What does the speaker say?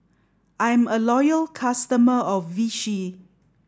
I'm a loyal customer of Vichy